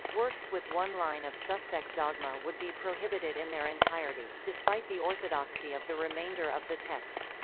works with one line of suspect dogma would be prohibited in their entirety, despite the orthodoxy of the remainder of the text.